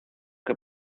que